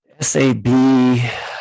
SAB